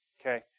okay